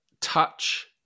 touch